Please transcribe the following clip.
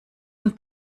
und